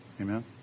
Amen